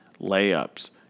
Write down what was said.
layups